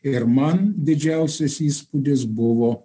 ir man didžiausias įspūdis buvo